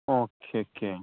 okay okay